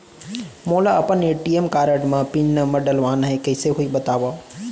मोला अपन ATM card म पिन नंबर डलवाना हे कइसे होही बतावव?